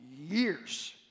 years